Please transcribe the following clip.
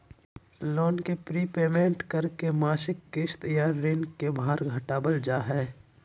loan के prepayment करके मासिक किस्त या ऋण के भार घटावल जा हय